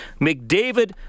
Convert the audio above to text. McDavid